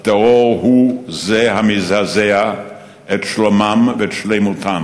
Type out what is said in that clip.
הטרור הוא המזעזע את שלומם ואת שלמותם,